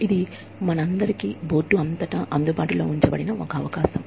ఇది మనందరికీ బోర్డు అంతటా అందుబాటులో ఉంచబడిన ఒక అవకాశం